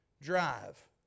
Drive